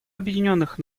объединенных